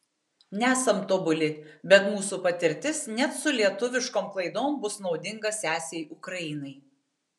nesam tobuli bet mūsų patirtis net su lietuviškom klaidom bus naudinga sesei ukrainai